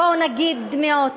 בואו נגיד: מאות.